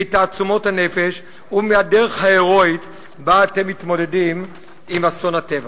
מתעצומות הנפש ומהדרך ההירואית שבה אתם מתמודדים עם אסון הטבע.